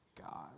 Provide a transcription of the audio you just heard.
God